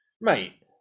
mate